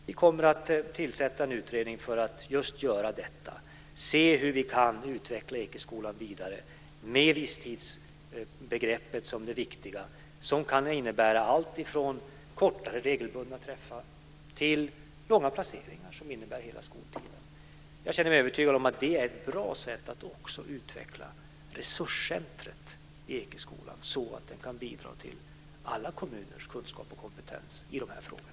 Vi kommer att tillsätta en utredning för att just göra detta, se hur vi kan utveckla Ekeskolan vidare med visstidsbegreppet som det viktiga, vilket kan innebära allt från kortare regelbundna träffar till långa placeringar som innebär hela skoltiden. Jag känner mig övertygad om att det är ett bra sätt att också utveckla resurscentret vid Ekeskolan så att det kan bidra till alla kommuners kunskaper och kompetens i dessa frågor.